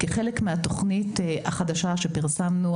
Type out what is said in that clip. כחלק מהתוכנית החדשה שפרסמנו,